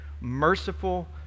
merciful